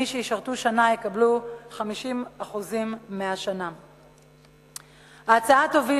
מי שישרתו שנה יקבלו 50%. ההצעה תוביל